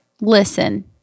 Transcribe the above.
listen